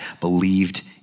believed